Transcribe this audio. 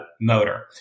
motor